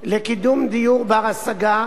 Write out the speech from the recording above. לקידום דיור בר-השגה